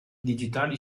digitali